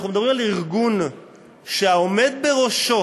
אנחנו מדברים על ארגון שהעומד בראשו